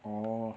orh